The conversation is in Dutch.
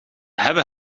hebben